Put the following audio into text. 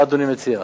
מה אדוני מציע?